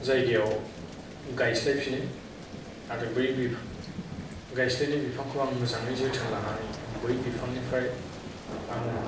जायगायाव गायस्लायफिनो आरो बै बिफ गायस्लायनाय बिफांखौ आं मोजाङै जोथोन लानानै बै बिफांनिफ्राय आङो